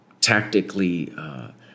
tactically